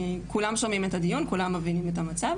כולפ שומעים את הדיון כולם מבינים את המצב